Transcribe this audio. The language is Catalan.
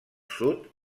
sud